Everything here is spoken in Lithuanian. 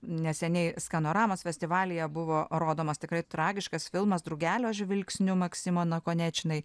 neseniai skanoramos festivalyje buvo rodomas tikrai tragiškas filmas drugelio žvilgsniu maksimo nakonečnyj